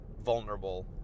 vulnerable